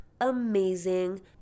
amazing